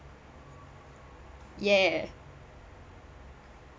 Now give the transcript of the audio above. ya